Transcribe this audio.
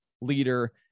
leader